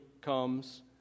comes